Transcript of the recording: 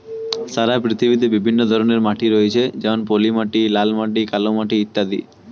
সারা পৃথিবীতে বিভিন্ন ধরনের মাটি রয়েছে যেমন পলিমাটি, লাল মাটি, কালো মাটি ইত্যাদি